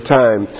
time